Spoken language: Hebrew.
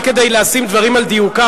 רק כדי לשים דברים על דיוקם,